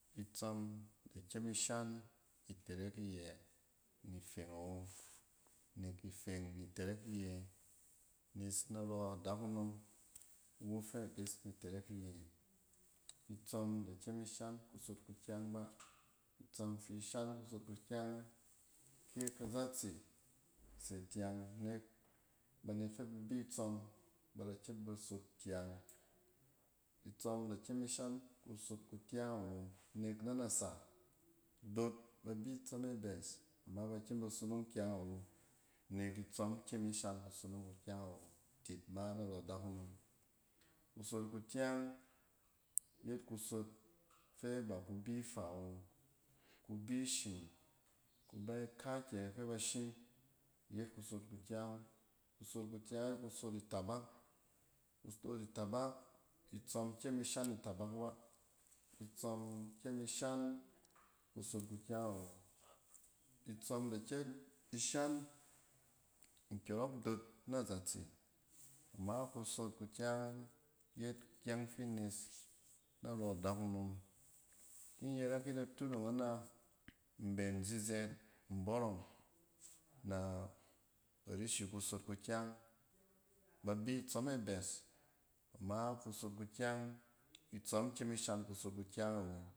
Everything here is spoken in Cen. Itsↄm ikyem ishan itɛrɛk iyɛ ni feng awo. Nek ifeng ni tɛrɛk iyɛ nes narↄ dakunom, iwu fɛ bes ni tɛrɛk iyɛ. Itsↄm fi shan kusot kukyang kɛ kazatse se tyang nek banet fɛ ba bi tsↄm ba da kyem bas of kyang. Itsↄm da kyem ishan kusot kuukyang awo, nek na nasa dot iba bi tsↄm e bɛs, am aba kyem ba sonong kayng awo, nek itsↄm kyem ishan kusonong kukyang awo titi ma narↄ dakunom. Kusot kukyang yet kusot fɛ ba ku bi ifa wo. Kubi ishim, ku bɛ kaakyɛ fɛ ba shim yet kusot itabak. Kusof itabak, itsↄm kyem ishan itabak ba. Itsↄm da kyem ishan nkyↄrↄk dot na zatse, ama kusot kukyang yet ikyɛng fi nes narↄ adakunom. Ki in yɛrɛk yit atut ↄng ana, mben zizɛt in bↄrↄng na rashi kusot kukyang. Babi tsↄme bes, ama kusot kukyang, itsↄm kyem ishan kusot kukyang e wo.